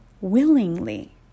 willingly